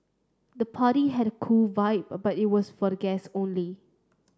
the party had a cool vibe but it was for the guest only